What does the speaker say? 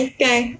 Okay